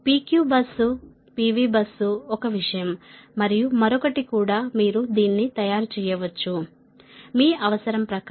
P Q bus P V bus ఒక విషయం మరియు మరొకటి కూడా మీరు దీన్ని తయారు చేయవచ్చు మీ అవసరం ప్రకారం